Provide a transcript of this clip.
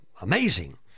Amazing